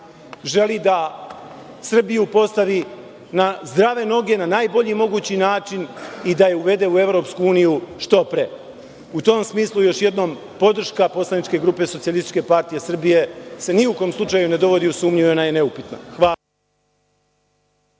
želi da Srbiju postavi na zdrave noge na najbolji mogući način i da je uvede u EU što pre. U tom smislu, još jednom, podrška poslaničke grupe SPS se ni u kom slučaju ne dovodi u sumnju i ona je neupitna. Hvala.